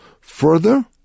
further